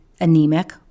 anemic